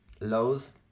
Lows